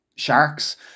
sharks